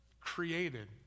created